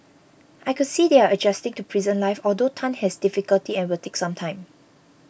I could see they are adjusting to prison life although Tan has difficulty and will take some time